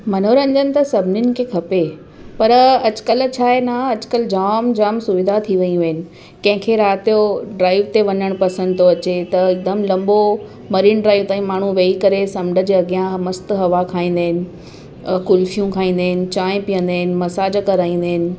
मनोरंजन त सभिनी खे खपे पर अॼुकल्ह छा आहे न अॼुकल्ह जाम जाम सुविधा थी वेयूं आहिनि कंहिंखे राति जो ड्राइव ते वञणु पसंदि थो अचे त हिकदमि लंबो मरीन ड्राइव ताईं माण्हू वेही करे समुंड जे अॻियां मस्तु हवा खाईंदा आहिनि कुल्फियूं खाईंदा आहिनि चाहिं पीअंदा आहिनि मसाज कराईंदा आहिनि